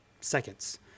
seconds